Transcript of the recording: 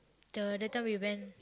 the that time we went